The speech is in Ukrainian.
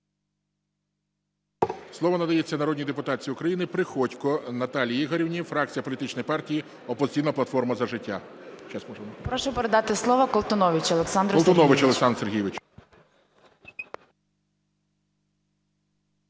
Слово надається народній депутатці України Приходько Наталії Ігорівні, фракція політичної партії "Опозиційна платформа – За життя". 10:53:22 ПРИХОДЬКО Н.І. Прошу передати слово Колтуновичу Олександру Сергійовичу.